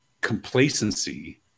complacency